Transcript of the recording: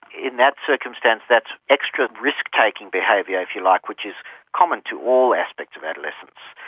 in that circumstance, that extra risk-taking behaviour, if you like, which is common to all aspects of adolescence,